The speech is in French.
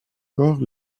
corps